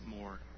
more